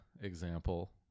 example